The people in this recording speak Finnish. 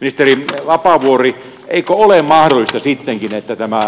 ministeri vapaavuori eikö ole mahdollista sittenkin että tämä